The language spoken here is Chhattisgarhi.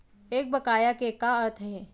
एक बकाया के का अर्थ हे?